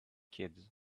kids